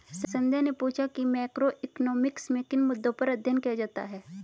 संध्या ने पूछा कि मैक्रोइकॉनॉमिक्स में किन मुद्दों पर अध्ययन किया जाता है